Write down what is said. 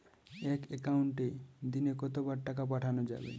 এক একাউন্টে দিনে কতবার টাকা পাঠানো যাবে?